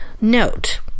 note